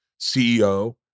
ceo